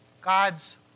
God's